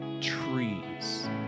trees